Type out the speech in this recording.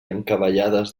encavallades